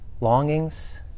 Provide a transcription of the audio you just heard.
Longings